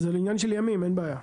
זה עניין של ימים; אין בעיה.